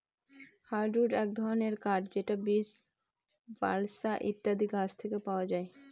hardwood এক ধরনের কাঠ যেটা বীচ, বালসা ইত্যাদি গাছ থেকে পাওয়া যায়